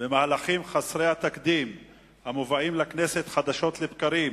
והמהלכים חסרי התקדים המובאים לכנסת חדשות לבקרים,